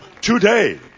today